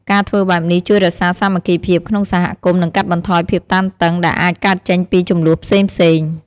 ការធ្វើបែបនេះជួយរក្សាសាមគ្គីភាពក្នុងសហគមន៍ និងកាត់បន្ថយភាពតានតឹង ដែលអាចកើតចេញពីជម្លោះផ្សេងៗ។